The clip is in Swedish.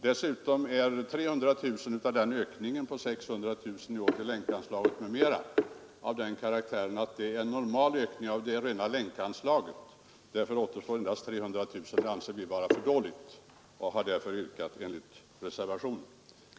Dessutom är 300 000 kronor av ökningen på 600 000 kronor i år till Länkrörelsen m.m. en normal ökning av det rena Länkanslaget. Därför återstår endast 300 000 till övriga organisationer. Det anser vi vara för dåligt, varför vi framställt vårt reservationsyrkande.